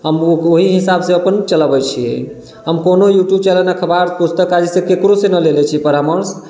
हम ओहि हिसाब से अपन चलाबैत छियै हम कोनो यूट्यूब चैनल अखबार पुस्तक आदि केकरोसँ नहि लेने छियै परामर्श